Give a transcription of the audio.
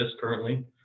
currently